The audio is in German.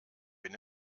bin